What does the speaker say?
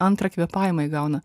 antrą kvėpavimą įgauna